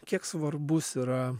kiek svarbus yra